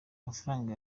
mafaranga